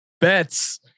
bets